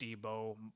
Debo